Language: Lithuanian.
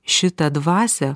šitą dvasią